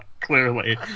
clearly